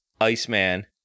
Iceman